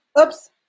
Oops